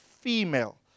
female